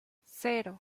cero